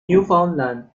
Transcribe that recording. newfoundland